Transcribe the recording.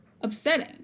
upsetting